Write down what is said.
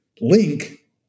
link